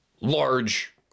large